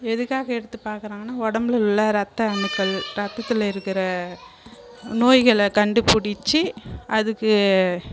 எதுக்காக எடுத்து பார்க்குறாங்கன்னா உடம்புல உள்ள இரத்த அணுக்கள் இரத்தத்தில் இருக்கிற நோய்களை கண்டுபிடிச்சி அதுக்கு